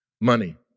money